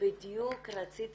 בדיוק רציתי